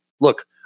Look